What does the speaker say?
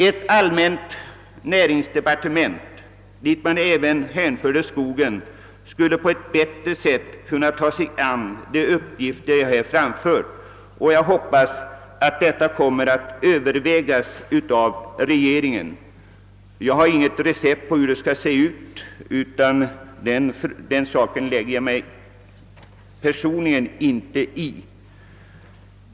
Ett allmänt näringsdepartement, dit även skogsbruket hänfördes, skulle på ett bättre sätt kunna ta sig an de uppgifter jag här talat om. Jag hoppas att inrättandet av ett sådant departement kommer att övervägas av regeringen. Jag har inget recept för hur det skall utformas — den saken blandar jag mig personligen inte i.